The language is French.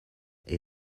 est